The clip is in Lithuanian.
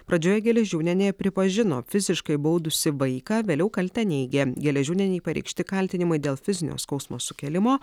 pradžioje geležiūnienė pripažino fiziškai baudusi vaiką vėliau kaltę neigė geležiūnienei pareikšti kaltinimai dėl fizinio skausmo sukėlimo